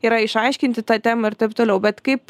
yra išaiškinti tą temą ir taip toliau bet kaip